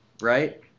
Right